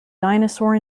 dinosaur